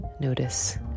Notice